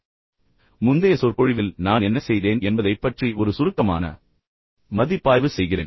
நான் தொடங்குவதற்கு முன் முந்தைய சொற்பொழிவில் நான் என்ன செய்தேன் என்பதைப் பற்றி ஒரு சுருக்கமான மதிப்பாய்வு செய்கிறேன்